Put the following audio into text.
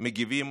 לא מגיבים